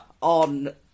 on